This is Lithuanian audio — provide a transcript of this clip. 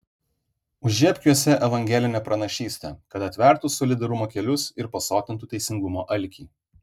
užžiebk juose evangelinę pranašystę kad atvertų solidarumo kelius ir pasotintų teisingumo alkį